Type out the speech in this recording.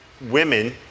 women